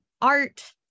art